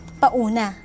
pauna